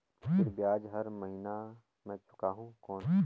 फिर ब्याज हर महीना मे चुकाहू कौन?